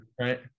right